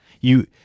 You-